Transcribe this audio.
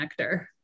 connector